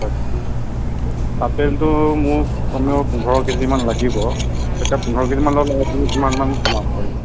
হয় আপেলটো মোক কমেও পোন্ধৰ কেজিমান লাগিব তেতিয়া পোন্ধৰ কেজিমান ল'লে কিমানমান কমাব পাৰিব